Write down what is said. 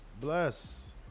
Bless